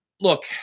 look